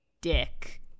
dick